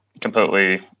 completely